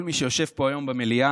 כל מי שיושב פה היום במליאה